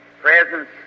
presence